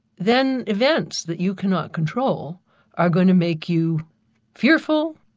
then events that you cannot control are going to make you fearful,